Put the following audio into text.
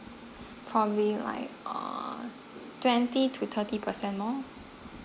probably like err twenty to thirty percent more